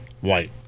White